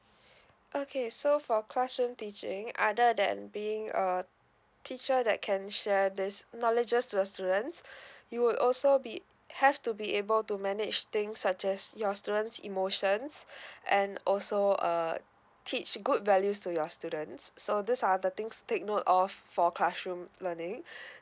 okay so for classroom teaching other than being a teacher that can share this knowledges to the students you would also be have to be able to manage things such as your students' emotions and also uh teach good values to your students so these are the things take note of for classroom learning